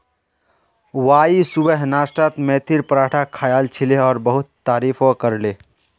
Y सुबह नाश्तात मेथीर पराठा खायाल छिले और बहुत तारीफो करले